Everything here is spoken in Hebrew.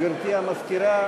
גברתי המזכירה,